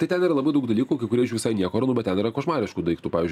ten yra labai daug dalykų kai kurie iš jų visai nieko bet ten yra košmariškų daiktų pavyzdžiui